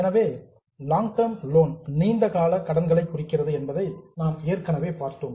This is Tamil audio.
எனவே ஏ லாங் டெர்ம் லோன்ஸ் நீண்ட கால கடன்களை குறிக்கிறது என்பதை ஏற்கனவே நாம் பார்த்தோம்